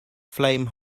flame